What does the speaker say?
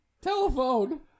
Telephone